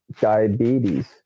diabetes